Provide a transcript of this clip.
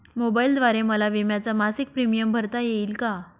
मोबाईलद्वारे मला विम्याचा मासिक प्रीमियम भरता येईल का?